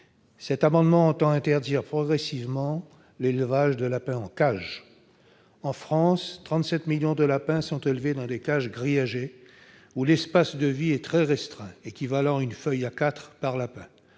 Cet amendement tend à interdire progressivement l'élevage des lapins en cage. En France, 37 millions de lapins sont élevés dans des cages grillagées, où l'espace de vie est très restreint- l'équivalent d'une feuille de format A4 par lapin